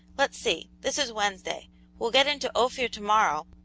let's see, this is wednesday we'll get into ophir to-morrow,